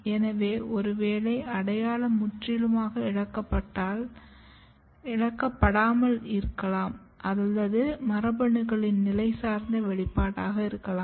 எனவே ஒருவேளை அடையாளம் முற்றிலுமாக இழக்கப்படாமல் இருக்கலாம் அல்லது இது மரபணுக்களின் நிலை சார்ந்த வெளிப்பாடாக இருக்கலாம்